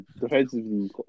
defensively